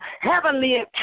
Heavenly